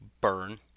Burn